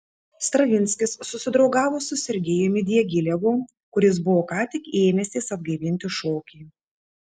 stravinskis susidraugavo su sergejumi diagilevu kuris buvo ką tik ėmęsis atgaivinti šokį